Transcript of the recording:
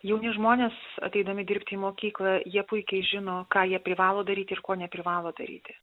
jauni žmonės ateidami dirbti į mokyklą jie puikiai žino ką jie privalo daryti ir ko neprivalo daryti